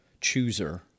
chooser